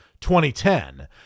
2010